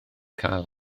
cael